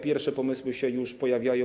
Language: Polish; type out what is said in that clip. Pierwsze pomysły się już pojawiają.